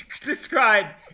describe